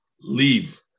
leave